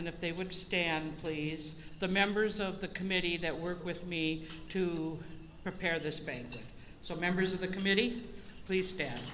and if they would stand please the members of the committee that work with me to prepare the space so members of the committee please stand